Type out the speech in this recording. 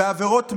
בעבירות מס.